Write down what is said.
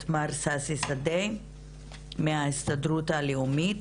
את מר ששי שדה מההסתדרות הלאומית.